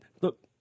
Look